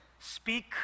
Speak